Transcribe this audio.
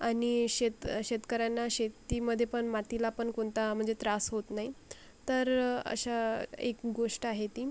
आणि शेत शेतकऱ्यांना शेतीमध्ये पण मातीला पण कोणता म्हणजे त्रास होत नाही तर अशा एक गोष्ट आहे ती